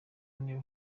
niba